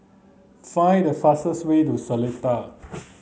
find the fastest way to Seletar